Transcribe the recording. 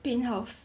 paint house